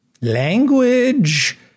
Language